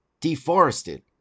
deforested